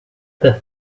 that